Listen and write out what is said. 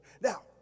Now